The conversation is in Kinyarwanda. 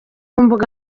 mbuga